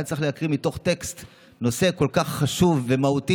היה צריך להקריא מתוך טקסט בנושא כל כך חשוב ומהותי,